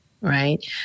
right